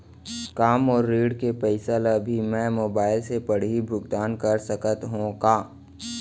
का मोर ऋण के पइसा ल भी मैं मोबाइल से पड़ही भुगतान कर सकत हो का?